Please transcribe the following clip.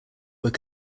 were